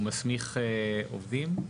הוא מסמיך עובדים?